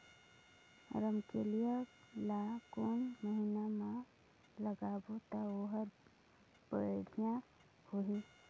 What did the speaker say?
रमकेलिया ला कोन महीना मा लगाबो ता ओहार बेडिया होही?